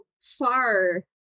far